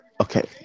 okay